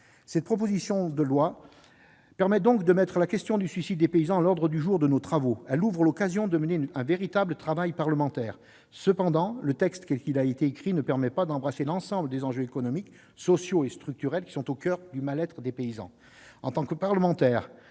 Cette proposition de loi permet donc de mettre la question du suicide des paysans à l'ordre du jour de nos travaux. Elle offre l'occasion de mener un véritable travail parlementaire. Cependant, le texte tel qu'il a été écrit ne permet pas d'embrasser l'ensemble des enjeux économiques, sociaux et structurels, qui sont au coeur du mal-être des paysans. En tant que parlementaires,